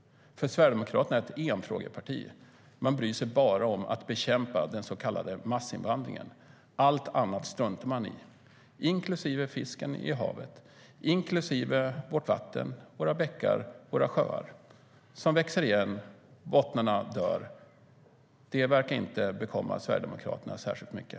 Sverigedemokraterna är ett enfrågeparti. Man bryr sig bara om att bekämpa den så kallade massinvandringen. Allt annat struntar man i, inklusive fisken i havet och inklusive våra vatten, bäckar och sjöar, som växer igen och där bottnarna dör. Det verkar inte bekomma Sverigedemokraterna särskilt mycket.